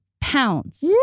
pounds